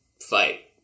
fight